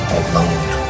alone